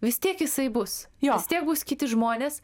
vis tiek jisai bus vis tiek bus kiti žmonės